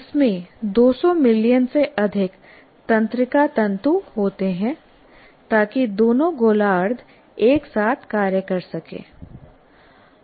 इसमें 200 मिलियन से अधिक तंत्रिका तंतु होते हैं ताकि दोनों गोलार्द्ध एक साथ कार्य कर सकें